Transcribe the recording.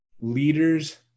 leaders